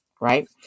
right